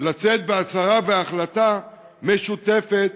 לצאת בהצהרה והחלטה משותפת